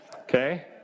Okay